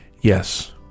Yes